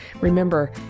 Remember